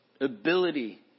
Ability